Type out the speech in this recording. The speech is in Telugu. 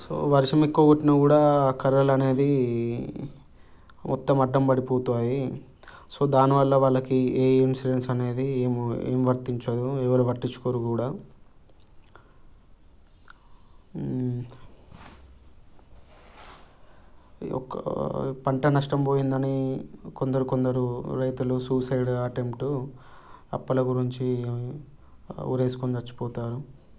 సో వర్షం ఎక్కువ కొట్టినా కూడా కర్రలు అనేది మొత్తం అడ్డం పడిపోతాయి సో దానివల్ల వాళ్ళకి ఏ ఇన్సూరెన్స్ అనేది ఏం ఏం వర్తించదు ఎవరు పట్టించుకోరు కూడా ఈ యొక్క పంట నష్టం పోయింది అని కొందరు కొందరు రైతులు సూసైడ్ అటెంటూ అప్పుల గురించి ఉరేసుకొని చచ్చిపోతారు